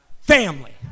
family